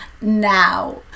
now